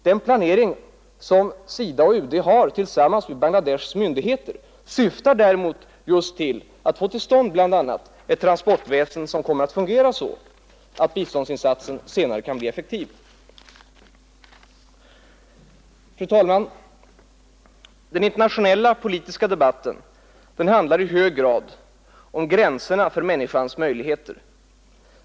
Den planering som SIDA och UD utför tillsammans med Bangladeshs myndigheter syftar däremot just till att få till stånd bl.a. ett transportväsen som kommer att fungera så att biståndsinsatsen senare kan bli effektiv. Fru talman! Den internationella politiska debatten handlar i hög grad om gränserna för människans möjligheter.